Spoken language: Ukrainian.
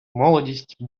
молодість